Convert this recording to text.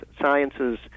sciences